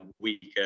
weaker